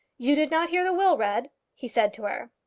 you did not hear the will read, he said to her.